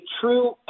true